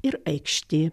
ir aikštė